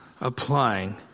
applying